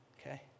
Okay